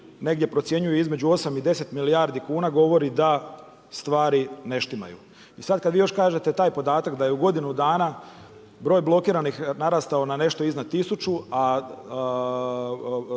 negdje procjenjuje između 8 i 10 milijardi kuna, govori da stvari ne štimaju. I sad kad vi još kažete taj podatak, da je u godinu dana broj blokiranih narastao na nešto iznad 1000, a